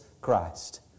Christ